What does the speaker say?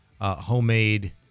homemade